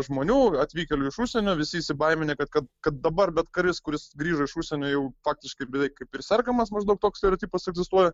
žmonių atvykėlių iš užsienio visi įsibaiminę kad kad kad dabar bet kuris kuris grįžo iš užsienio jau faktiškai beveik kaip ir sergamas maždaug toks stereotipas egzistuoja